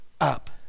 up